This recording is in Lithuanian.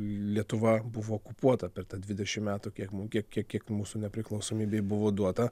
lietuva buvo okupuota per tą dvidešimt metų kiek mum kiek kiek mūsų nepriklausomybei buvo duota